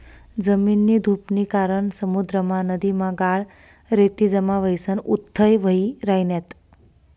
जमीननी धुपनी कारण समुद्रमा, नदीमा गाळ, रेती जमा व्हयीसन उथ्थय व्हयी रायन्यात